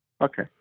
Okay